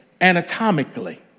anatomically